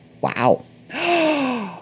Wow